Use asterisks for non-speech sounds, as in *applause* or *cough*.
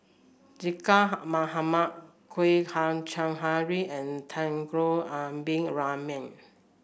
*unintelligible* Mohamad Kwek Hian Chuan Henry and Temenggong Abdul Rahman